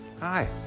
Hi